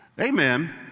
Amen